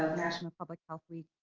national public health week.